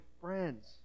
friends